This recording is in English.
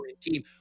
team